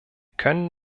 können